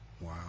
Wow